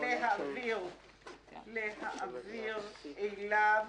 "להפסיק להעביר אליו